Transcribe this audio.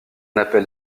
appelle